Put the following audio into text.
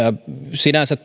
sinänsä